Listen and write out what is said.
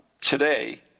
Today